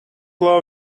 law